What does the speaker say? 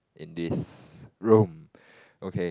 in this room okay